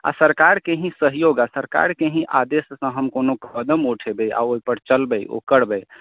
आ सरकारकेँ ही सहयोग आ सरकारकेँ ही आदेशसँ हम कोनो कदम उठेबै आ ओहि पर चलबै ओ करबै